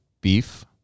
beef